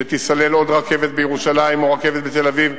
כשתיסלל עוד רכבת בירושלים או רכבת בתל-אביב,